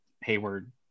Hayward